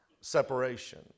separation